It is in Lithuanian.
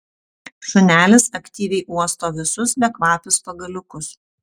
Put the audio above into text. šunelis aktyviai uosto visus bekvapius pagaliukus